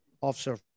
Officer